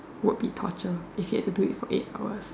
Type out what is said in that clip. would be torture if you had to do it for eight hours